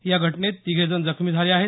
या घटनेत तिघेजण जखमी झाले आहेत